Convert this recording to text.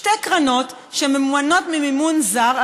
שתי קרנות שממומנות ממימון זר,